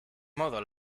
modo